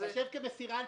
ייחשב כמסירה עתידית.